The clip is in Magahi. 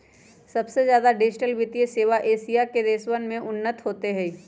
सबसे ज्यादा डिजिटल वित्तीय सेवा एशिया के देशवन में उन्नत होते हई